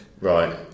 Right